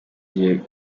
gihe